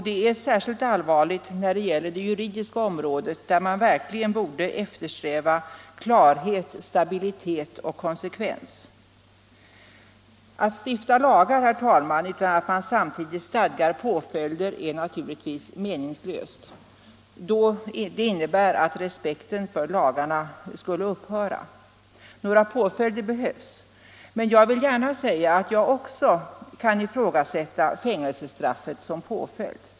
Detta är särskilt allvarligt när det gäller det juridiska området, där man verkligen borde eftersträva klarhet, stabilitet och konsekvens. Att stifta lagar, herr talman, utan att man samtidigt stadgar påföljder är naturligtvis meningslöst. Det innebär att respekten för lagarna skulle upphöra. Några påföljder behövs. Jag vill dock gärna säga att jag också kan ifrågasätta fängelsestraffet som påföljd.